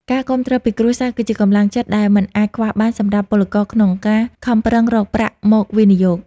ការគាំទ្រពីគ្រួសារគឺជាកម្លាំងចិត្តដែលមិនអាចខ្វះបានសម្រាប់ពលករក្នុងការខំប្រឹងរកប្រាក់មកវិនិយោគ។